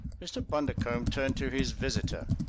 mr. bundercombe turned to his visitor.